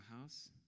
house